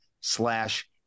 slash